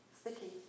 sticky